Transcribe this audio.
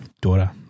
daughter